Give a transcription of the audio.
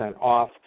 off